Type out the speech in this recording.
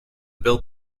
build